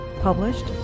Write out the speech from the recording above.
published